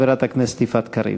חברת הכנסת יפעת קריב.